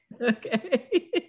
okay